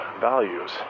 values